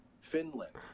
Finland